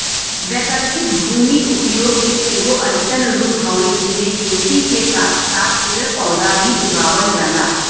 वैकल्पिक भूमि उपयोग के एगो अइसन रूप हउवे जेमे खेती के साथ साथ पेड़ पौधा भी उगावल जाला